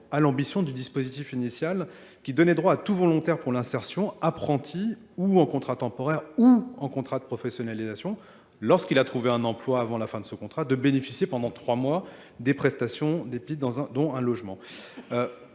à l'ambition du dispositif initial qui donnait droit à tout volontaire pour l'insertion, apprenti ou en contrat temporaire ou en contrat de professionnalisation, lorsqu'il a trouvé un emploi avant la fin de ce contrat, de bénéficier pendant trois mois des prestations, des pides dont un logement.